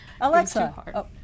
Alexa